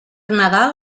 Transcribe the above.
nadal